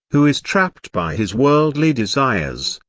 who is trapped by his worldly desires,